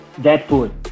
Deadpool